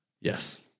Yes